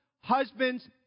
husbands